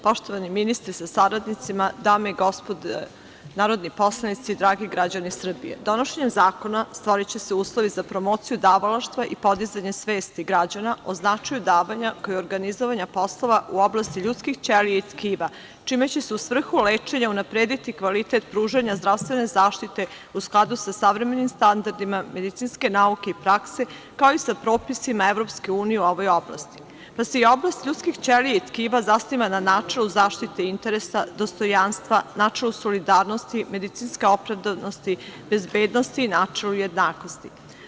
Poštovani ministre sa saradnicima, dame i gospodo narodni poslanici, dragi građani Srbije, donošenjem zakona stvoriće se uslovi za promociju davalaštva i podizanja svesti građana o značaju davanja, kao i organizovanja poslova u oblasti ljudskih ćelija i tkiva, čime će se u svrhu lečenja unaprediti kvalitet pružanja zdravstvene zaštite u skladu sa savremenim standardima medicinske nauke i prakse, kao i sa propisima EU u ovoj oblasti, pa se oblast ljudskih ćelija i tkiva zasniva na načinu zaštite interesa dostojanstva, načelu solidarnosti, medicinske opravdanosti, bezbednosti i načelu jednakosti.